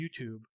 YouTube